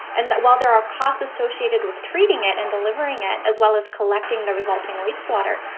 and that while there are costs associated with treating it and delivering it as well as collecting the resulting wastewater,